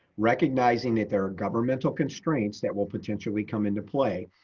recognizing that there are governmental constraints that will potentially come into play,